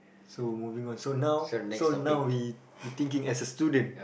so moving on so now so now we we thinking as a student